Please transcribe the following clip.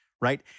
right